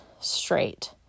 straight